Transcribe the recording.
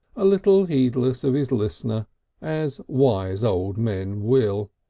a little heedless of his listener as wise old men will.